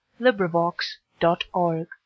LibriVox.org